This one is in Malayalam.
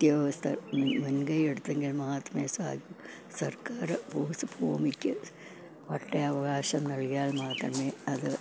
ഉദ്യോഗസ്ഥർ മുൻകൈ എടുത്തെങ്കിൽ മാത്രമേ സഹായിക്കു സർക്കാർ ഭൂസ്ഭൂമിക്ക് പട്ടയവകാശം നൽകിയാൽ മാത്രമേ അത്